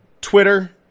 Twitter